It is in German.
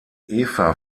eva